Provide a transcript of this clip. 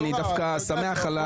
אני דווקא שמח על הדיון.